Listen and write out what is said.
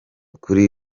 kuri